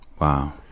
wow